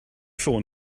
ffôn